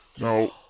Now